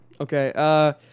Okay